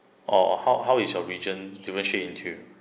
or how how is your region differentiate into